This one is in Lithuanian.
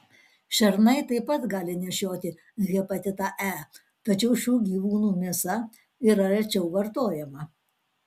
šernai taip pat gali nešioti hepatitą e tačiau šių gyvūnų mėsa yra rečiau vartojama